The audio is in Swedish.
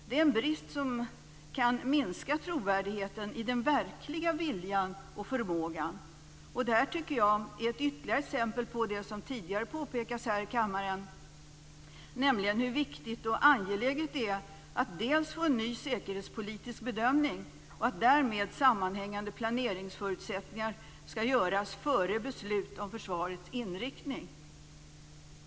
Det är en brist som kan minska trovärdigheten i den verkliga viljan och förmågan. Detta tycker jag är ytterligare ett exempel på det som tidigare påpekats här i kammaren, nämligen hur viktigt och angeläget det är dels att få en ny säkerhetspolitisk bedömning, dels att därmed sammanhängande planeringsförutsättningar skall göras före beslut om försvarets inriktning.